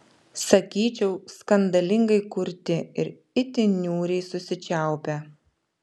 sakyčiau skandalingai kurti ir itin niūriai susičiaupę